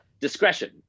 Discretion